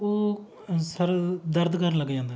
ਉਹ ਸਿਰ ਦਰਦ ਕਰਨ ਲੱਗ ਜਾਂਦਾ